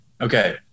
Okay